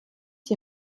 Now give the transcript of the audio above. die